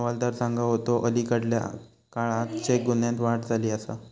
हवालदार सांगा होतो, अलीकडल्या काळात चेक गुन्ह्यांत वाढ झाली आसा